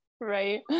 Right